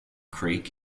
creek